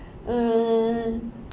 uh